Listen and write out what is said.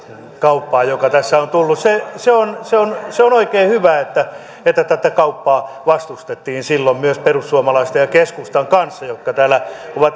kauppaa joka tässä on tullut se on se on oikein hyvä että että tätä kauppaa vastustettiin silloin myös perussuomalaisten ja keskustan kanssa mikä täällä on